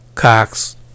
Cox